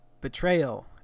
betrayal